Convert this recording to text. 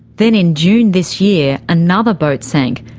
then in june this year, another boat sank,